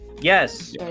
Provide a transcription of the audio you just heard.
yes